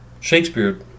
Shakespeare